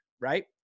Right